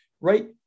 right